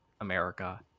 america